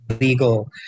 legal